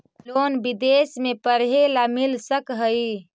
Loan विदेश में पढ़ेला मिल सक हइ?